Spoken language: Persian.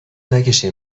نکشین